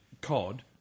COD